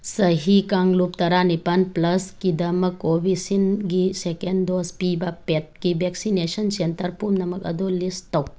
ꯆꯍꯤ ꯀꯥꯡꯂꯨꯞ ꯇꯔꯥ ꯅꯤꯄꯥꯜ ꯄ꯭ꯂꯁꯀꯤꯗꯃꯛ ꯀꯣꯕꯤꯛꯁꯤꯟꯒꯤ ꯁꯦꯀꯦꯟ ꯗꯣꯖ ꯄꯤꯕ ꯄꯦꯠꯀꯤ ꯕꯦꯛꯁꯤꯅꯦꯁꯟ ꯁꯦꯟꯇꯔ ꯄꯨꯝꯅꯃꯛ ꯑꯗꯨ ꯂꯤꯁ ꯇꯧ